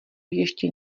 ještě